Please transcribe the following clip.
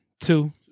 Two